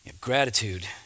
Gratitude